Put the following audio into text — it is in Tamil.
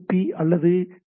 பி அல்லது டி